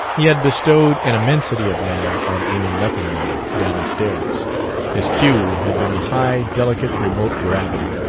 he had bestowed an immensity of manner on amy leffingwell, downstairs his cue had been a high, delicate, remote gravity.